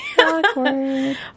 Awkward